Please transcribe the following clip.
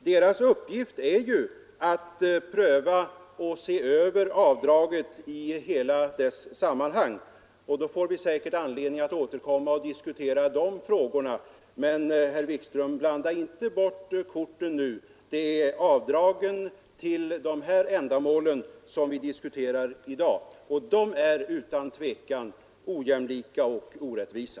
Utredningens uppgift är ju att pröva och se över avdragen i alla sammanhang, och vi får säkert anledning att återkomma till och diskutera de frågorna. Men, herr Wikström, blanda inte bort korten nu! Det är avdrag till allmännyttiga ändamål som vi diskuterar i dag, och de avdragsreglerna kallar jag utan tvekan ojämlika och orättvisa.